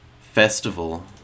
Festival